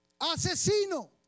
Asesino